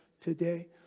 today